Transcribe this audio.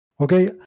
Okay